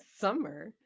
Summer